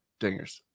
Dingers